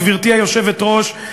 גברתי היושבת-ראש,